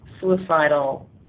suicidal